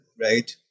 right